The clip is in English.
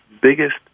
biggest